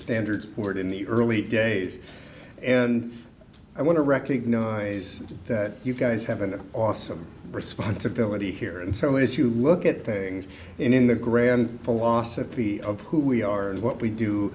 standard sport in the early days and i want to recognize that you guys have an awesome responsibility here and so if you look at things in the grand philosophy of who we are and what we do